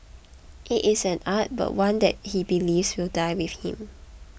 it is an art but one that he believes will die with him